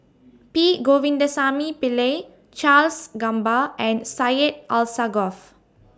P Govindasamy Pillai Charles Gamba and Syed Alsagoff